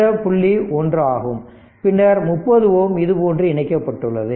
இந்த புள்ளி 1 ஆகும் பின்னர் 30 Ω இது போன்று இணைக்கப்பட்டுள்ளது